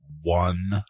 one